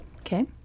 Okay